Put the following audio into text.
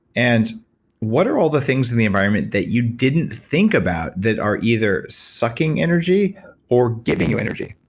and what are all the things in the environment that you didn't think about that are either sucking energy or giving you energy?